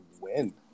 win